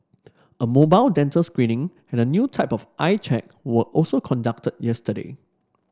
a mobile dental screening and a new type of eye check were also conduct yesterday